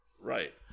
Right